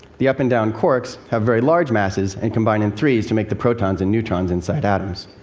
the up and down quarks have very large masses, and combine in threes to make the protons and neutrons inside atoms.